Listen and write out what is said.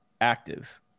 active